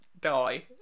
die